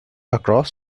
across